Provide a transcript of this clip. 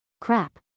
Crap